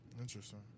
Interesting